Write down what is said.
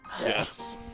Yes